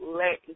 let